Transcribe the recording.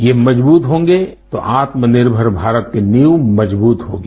ये मजबूत होंगे तो आत्मनिर्भर भारत की नींवे मजबूत होगी